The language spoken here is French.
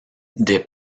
des